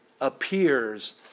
appears